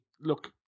look